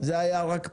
זה היה רק פתיח.